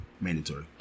mandatory